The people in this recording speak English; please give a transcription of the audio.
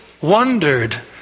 wondered